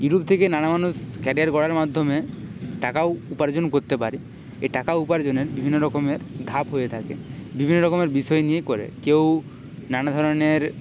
YouTube থেকে নানা মানুষ ক্যারিয়ার গড়ার মাধ্যমে টাকাও উপার্জন করতে পারে এ টাকা উপার্জনের বিভিন্ন রকমের ধাপ হয়ে থাকে বিভিন্ন রকমের বিষয় নিয়ে করে কেউ নানা ধরনের